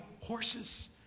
horses